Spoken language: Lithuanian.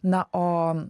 na o